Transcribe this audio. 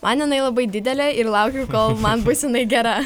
man jinai labai didelė ir laukiu kol man bus jinai gera